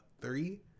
three